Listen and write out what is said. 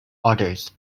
orders